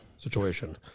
situation